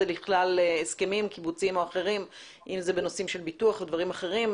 לכלל הסכמים קיבוציים או אחרים אם זה בנושאים של ביטוח או דברים אחרים.